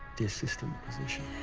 the assistant position.